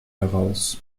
heraus